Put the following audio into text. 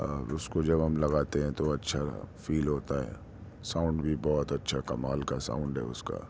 اور اس کو جب ہم لگاتے ہیں تو اچھا فیل ہوتا ہے ساؤنڈ بھی بہت اچھا کمال کا ساؤنڈ ہے اس کا